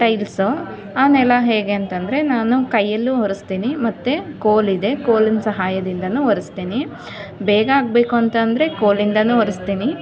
tiles ಆ ನೆಲ ಹೇಗೆ ಅಂತ ಅಂದ್ರೆ ನಾನು ಕೈಯ್ಯಲ್ಲೂ ಒರೆಸ್ತೀನಿ ಮತ್ತೆ ಕೋಲಿದೆ ಕೋಲಿನ ಸಹಾಯದಿಂದಲೂ ಒರೆಸ್ತೀನಿ ಬೇಗ ಆಗ್ಬೇಕಂತಂದ್ರೆ ಕೋಲಿಂದಲೂ ಒರೆಸ್ತೀನಿ